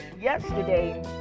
Yesterday